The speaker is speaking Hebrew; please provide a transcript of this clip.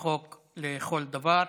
חוק לכל דבר.